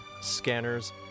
Scanners